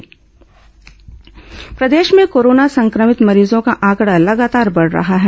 corona समाचार प्रदेश में कोरोना संक्रमित मरीजों का आंकड़ा लगातार बढ़ रहा है